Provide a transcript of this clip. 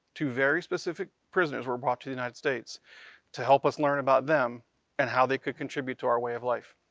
two very specific prisoners were brought to the united states to help us learn about them and how they could contribute to our way of life.